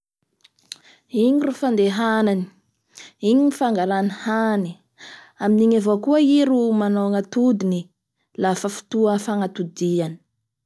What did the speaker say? Igny ro fandehanany, igny ro fangalany hany amin'igny avao koa i ro manao ny atodiny lafa fotoa fanatodiany.